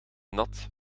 nat